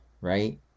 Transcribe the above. right